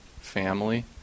family